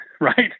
right